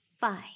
five